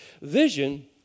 Vision